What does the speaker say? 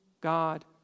God